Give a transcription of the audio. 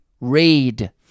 Read